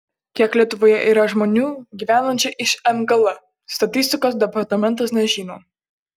kiek lietuvoje yra žmonių gyvenančių iš mgl statistikos departamentas nežino